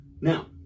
Now